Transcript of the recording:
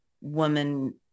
woman